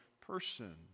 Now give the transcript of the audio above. person